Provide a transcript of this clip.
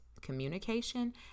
Communication